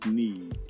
need